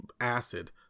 acid